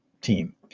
team